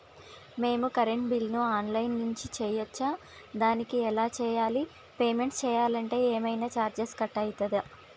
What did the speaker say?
మేము కరెంటు బిల్లును online నుంచి చేయచ్చా? దానికి ఎలా చేయాలి? పేమెంట్ చేయాలంటే ఏమైనా చార్జెస్ కట్ అయితయా?